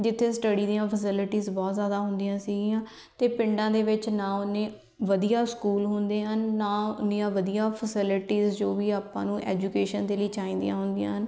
ਜਿੱਥੇ ਸਟੱਡੀ ਦੀਆਂ ਫੈਸਿਲਿਟੀਜ਼ ਬਹੁਤ ਜ਼ਿਆਦਾ ਹੁੰਦੀਆਂ ਸੀਗੀਆਂ ਅਤੇ ਪਿੰਡਾਂ ਦੇ ਵਿੱਚ ਨਾ ਉਨੇ ਵਧੀਆ ਸਕੂਲ ਹੁੰਦੇ ਹਨ ਨਾ ਉਨੀਆਂ ਵਧੀਆ ਫੈਸਿਲਿਟੀਜ਼ ਜੋ ਵੀ ਆਪਾਂ ਨੂੰ ਐਜੂਕੇਸ਼ਨ ਦੇ ਲਈ ਚਾਹੀਦੀਆਂ ਹੁੰਦੀਆਂ ਹਨ